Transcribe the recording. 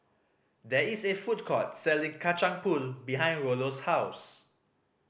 there is a food court selling Kacang Pool behind Rollo's house